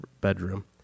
bedroom